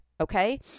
okay